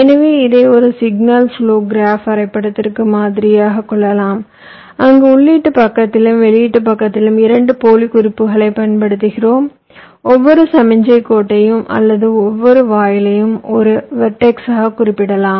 எனவே இதை ஒரு சிக்னல் ப்லோ கிராப் வரைபடத்திற்கு மாதிரியாகக் கொள்ளலாம் அங்கு உள்ளீட்டுப் பக்கத்திலும் வெளியீட்டு பக்கத்திலும் 2 போலி குறிப்புகளைப் பயன்படுத்துகிறோம் ஒவ்வொரு சமிக்ஞைக் கோட்டையும் அல்லது ஒவ்வொரு வாயிலையும் ஒரு வெர்டெக்ஸால் குறிப்பிடலாம்